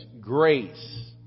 grace